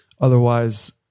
otherwise